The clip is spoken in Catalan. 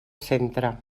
centre